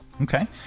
Okay